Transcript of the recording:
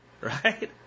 Right